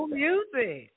music